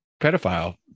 pedophile